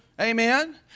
Amen